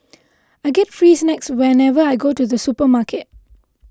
I get free snacks whenever I go to the supermarket